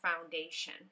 foundation